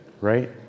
right